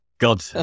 God